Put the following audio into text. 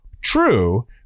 True